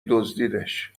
دزدیدش